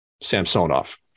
Samsonov